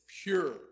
pure